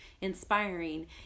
inspiring